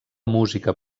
música